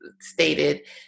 stated